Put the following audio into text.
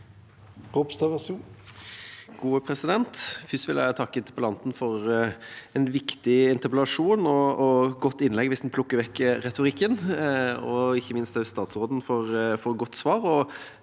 Ropstad (KrF) Først vil jeg takke interpellanten for en viktig interpellasjon og et godt innlegg, hvis en plukker vekk retorikken, og ikke minst statsråden for et godt svar